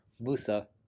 Musa